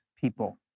people